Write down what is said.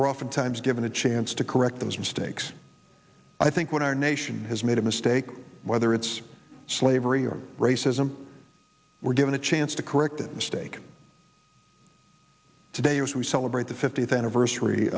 we're oftentimes given a chance to correct those mistakes i think when our nation has made a mistake whether it's slavery or racism we're given a chance to correct that mistake today as we celebrate the fiftieth anniversary